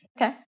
Okay